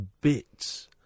bits